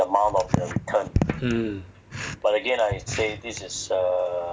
mm